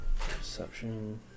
Perception